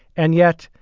and yet,